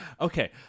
Okay